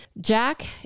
Jack